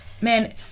man